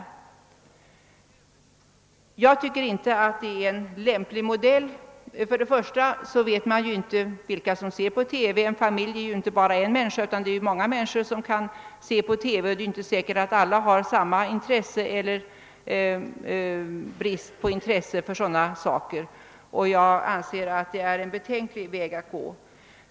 Jag tycker inte att detta är ett lämpligt förfaringssätt. Först och främst består en familj inte bara av en person, och det är inte säkert att alla familjemedlemmar har samma intresse eller brist på intresse för sådana program.